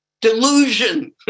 Delusion